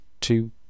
two